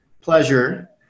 pleasure